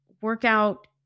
workout